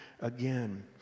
again